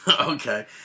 Okay